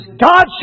God